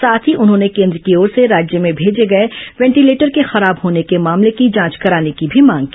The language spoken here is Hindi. साथ ही उन्होंने केन्द्र की ओर से राज्य में भेजे गए वेंटीलेटर के खराब होने की मामले की जांच कराने की भी मांग की